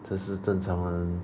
这是正常人